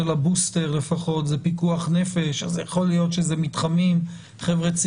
הבוסטר לפחות זה פיקוח נפש - ויכול להיות שאלה מתחמים אליהם